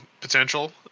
potential